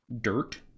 dirt